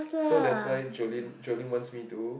so that's why Julin Julin wants me to